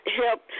help